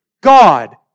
God